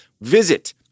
Visit